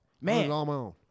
man